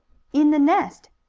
in the nest.